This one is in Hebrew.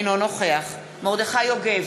אינו נוכח מרדכי יוגב,